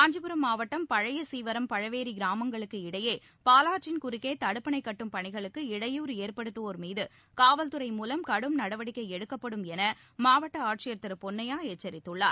காஞ்சிபுரம் மாவட்டம் பழையசீவரம் பழவேரி கிராமங்களுக்கு இடையே பாலாற்றின் குறுக்கே தடுப்பணை கட்டும் பணிகளுக்கு இடையூறு ஏற்படுத்துவோர் மீது காவல்துறை மூலம் கடும் நடவடிக்கை எடுக்கப்படும் என மாவட்ட ஆட்சியர் திரு பொன்னையா எச்சரித்துள்ளார்